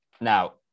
Now